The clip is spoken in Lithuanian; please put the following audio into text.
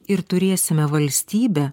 ir turėsime valstybę